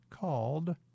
called